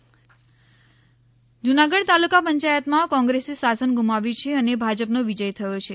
જુનાગઢ ચુંટણી જુનાગઢ તાલુકા પંચાયતમાં કોંગ્રેસે શાસન ગુમાવ્યું છે અને ભાજપનો વિજય થયો છે